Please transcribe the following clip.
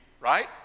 right